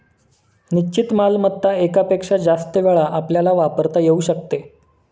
निश्चित मालमत्ता एकापेक्षा जास्त वेळा आपल्याला वापरता येऊ शकते